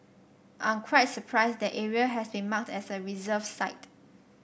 I'm quite surprised that area has been marked as a reserve side